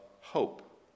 hope